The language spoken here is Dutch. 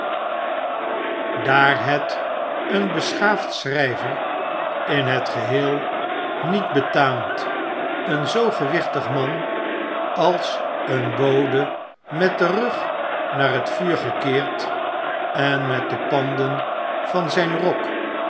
daar het een beschaafd schrijver in het geheel niet betaamt een zoo gewichtig man als een bode met den rug naar het vuur gekeerd en met de panden van zijn rok